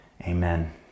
amen